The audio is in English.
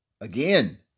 again